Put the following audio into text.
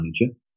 manager